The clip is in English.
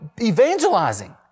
evangelizing